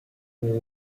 who